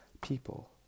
people